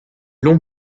long